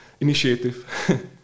Initiative